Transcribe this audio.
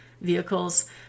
vehicles